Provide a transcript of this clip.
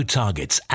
targets